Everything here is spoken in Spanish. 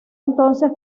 entonces